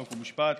חוק ומשפט,